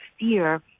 fear